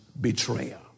betrayer